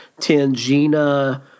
Tangina